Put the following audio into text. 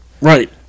Right